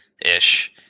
ish